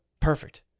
Perfect